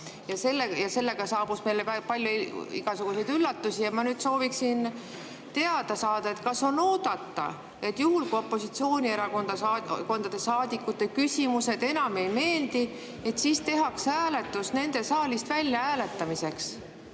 ja sellega saabus meile palju igasuguseid üllatusi. Ma sooviksin teada saada, kas on oodata, et juhul, kui opositsioonierakondade saadikute küsimused enam ei meeldi, siis tehakse hääletus nende saalist välja hääletamiseks.